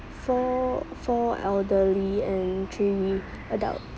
four four elderly and three adult